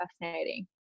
fascinating